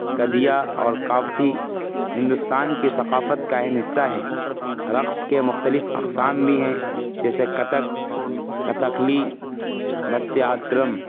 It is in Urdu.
کدیا اور کاوتھی ہندوستان کی ثقافت کا اہم حصہ ہے رقص کے مختلف اقسام بھی ہیں جیسے کتک کتھک کلی بھرت ناٹیم